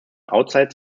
outside